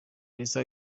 elsa